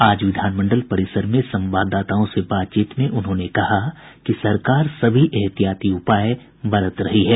आज विधानमंडल परिसर में संवाददाताओं से बातचीत में उन्होंने कहा कि सरकार सभी एहतियाती उपाय बरत रही है